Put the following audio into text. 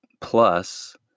plus